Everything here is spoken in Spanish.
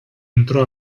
entró